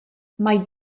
mae